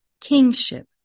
kingship